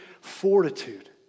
fortitude